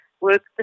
Work